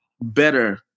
better